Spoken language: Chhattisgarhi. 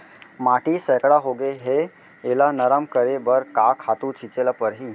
माटी सैकड़ा होगे है एला नरम करे बर का खातू छिंचे ल परहि?